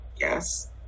yes